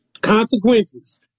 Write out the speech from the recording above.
consequences